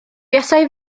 buasai